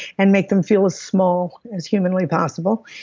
and make them feel as small as humanely possible.